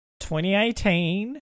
2018